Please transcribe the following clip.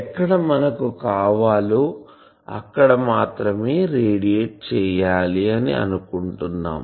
ఎక్కడ మనకు కావాలో అక్కడ మాత్రమే రేడియేట్ చేయాలి అని అనుకుంటున్నాం